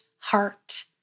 Heart